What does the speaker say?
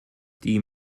die